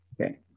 Okay